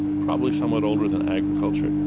probably somewhat older than agriculture,